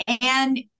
And-